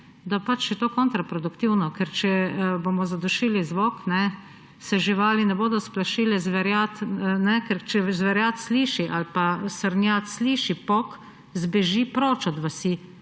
da je to kontraproduktivno. Če bomo zadušili zvok, se živali ne bodo splašile. Če zverjad sliši ali pa srnjad sliši pok, zbeži proč od vasi.